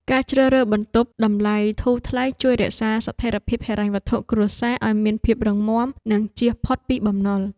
ការជ្រើសរើសបន្ទប់តម្លៃធូរថ្លៃជួយរក្សាស្ថិរភាពហិរញ្ញវត្ថុគ្រួសារឱ្យមានភាពរឹងមាំនិងជៀសផុតពីបំណុល។